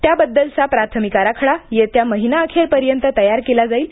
त्याबद्दलचा प्राथमिक आराखडा येत्या महिनाअखेर पर्यंत तयार केला जाईल